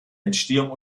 entstehung